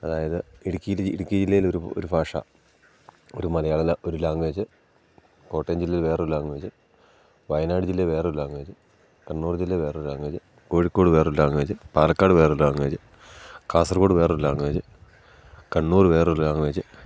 അതായത് ഇടുക്കി ഇടുക്കി ജില്ലയിൽ ഒരു ഒരു ഭാഷ ഒരു മലയാള ഒരു ലാംഗ്വേജ് കോട്ടയം ജില്ലയിൽ വേറൊരു ലാംഗ്വേജ് വയനാട് ജില്ലെ വേറൊരു ലാംഗ്വേജ് കണ്ണൂർ ജില്ല വേറൊരു ലാംഗ്വേജ് കോഴിക്കോട് വേറൊരു ലാംഗ്വേജ് പാലക്കാട് വേറൊരു ലാംഗ്വേജ് കാസർഗോഡ് വേറൊരു ലാംഗ്വേജ് കണ്ണൂർ വേറൊരു ലാംഗ്വേജ്